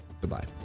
Goodbye